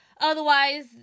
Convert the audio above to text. Otherwise